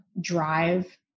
drive